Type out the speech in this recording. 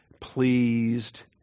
pleased